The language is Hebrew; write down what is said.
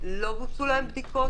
לא בוצעו להם בדיקות?